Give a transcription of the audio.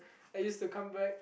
I used to come back